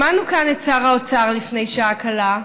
שמענו כאן את שר האוצר לפני שעה קלה,